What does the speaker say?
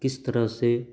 किस तरह से